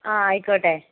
ആ ആയിക്കോട്ടെ